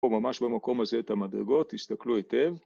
פה ממש במקום הזה את המדרגות, תסתכלו היטב